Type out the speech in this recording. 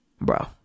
bro